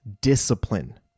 discipline